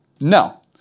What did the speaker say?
No